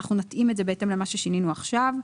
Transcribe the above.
אנחנו נתאים את זה בהתאם למה ששינינו עכשיו.